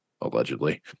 allegedly